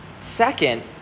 Second